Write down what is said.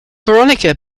veronica